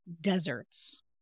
deserts